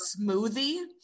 smoothie